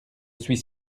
suis